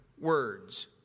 words